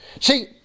See